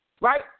right